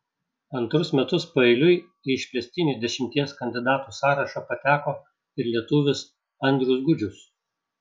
antrus metus paeiliui į išplėstinį dešimties kandidatų sąrašą pateko ir lietuvis andrius gudžius